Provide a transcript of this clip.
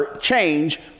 change